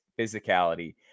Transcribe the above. physicality